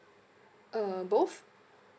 uh both